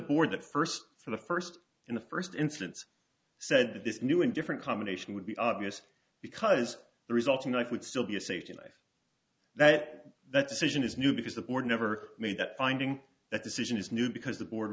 board that first for the first in the first instance said that this new and different combination would be obvious because the resulting knife would still be a safety knife that that decision is new because the board never made that finding that decision is new because the board